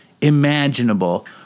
imaginable